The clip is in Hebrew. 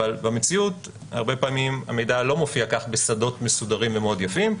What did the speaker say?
אבל במציאות הרבה פעמים המידע לא מופיע כך בשדות מסודרים ומאוד יפים,